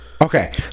Okay